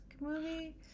movie